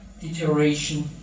deterioration